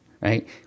right